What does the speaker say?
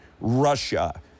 Russia